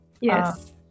Yes